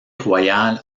royale